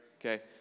okay